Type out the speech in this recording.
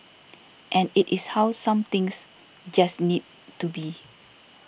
and it is how some things just need to be